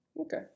Okay